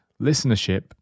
listenership